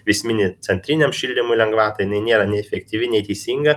vis mini centriniam šildymui lengvatą jinai nėra nei efektyvi nei teisinga